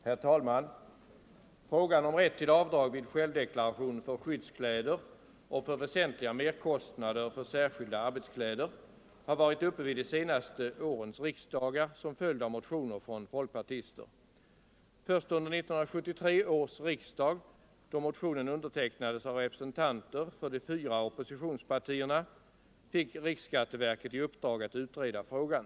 Herr talman Frågan om rätt till avdrag vid självdeklaration för skyddskläder och för väsentliga merkostnader för särskilda arbetskläder har varit uppe vid de senaste årens riksdagar som följd av motioner från folkpartister. Först under 1973 års riksdag, då motionen undertecknades av representanter för de fyra oppositionspartierna, fick riksskatteverket i uppdrag att utreda frågan.